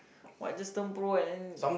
what just turn pro and then